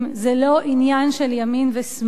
זה לא עניין של ימין ושמאל,